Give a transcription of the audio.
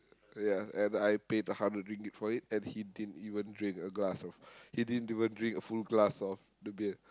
ya and I paid the hundred ringgit for it and he didn't even drink a glass of he didn't even drink a full glass of the beer